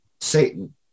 Satan